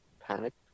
panicked